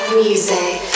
music